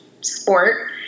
sport